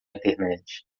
internet